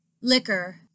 Liquor